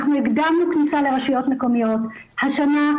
אנחנו הקדמנו כניסה לרשויות מקומיות השנה,